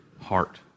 heart